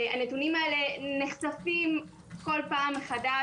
הנתונים האלה נחשפים כל פעם מחדש,